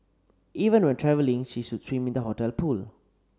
even when travelling she should swim in the hotel pool